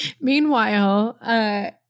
Meanwhile